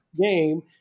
Game